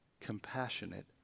compassionate